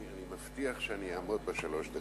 אני מבטיח שאני אעמוד בשלוש דקות.